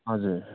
हजुर